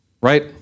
right